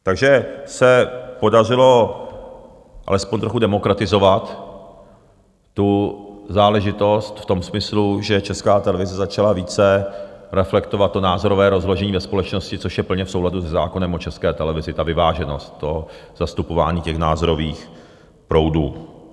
Takže se podařilo alespoň trochu demokratizovat tu záležitost v tom smyslu, že Česká televize začala více reflektovat to názorové rozložení ve společnosti, což je plně v souladu se zákonem o České televizi, ta vyváženost zastupování těch názorových proudů.